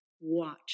watch